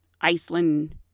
Iceland